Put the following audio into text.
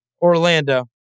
Orlando